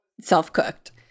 Self-cooked